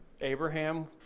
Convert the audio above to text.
Abraham